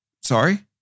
Sorry